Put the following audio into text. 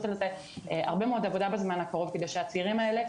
על זה הרבה מאוד עבודה בזמן הקרוב כדי שהצעירים האלה